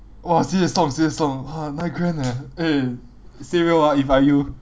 !wah! sibeh song sibeh song !wah! nine grand eh eh say real ah if I were you